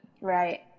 right